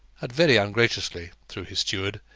had very ungraciously, through his steward,